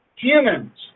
Humans